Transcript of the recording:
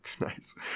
Nice